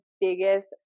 biggest